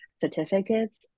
certificates